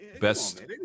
Best